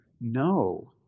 no